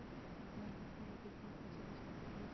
अपना यू.पी.आई के कोड कईसे दूसरा के भेजी?